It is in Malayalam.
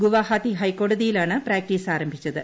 ഗുവാഹത്തി ഹൈക്കോടതിയിലാണ് പ്രാക്ടീസ് ആരംഭിച്ചത്